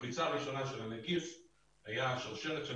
בפריצה הראשונה של הנגיף היה שרשרת של